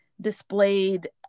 displayed